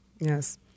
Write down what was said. Yes